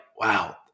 wow